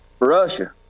Russia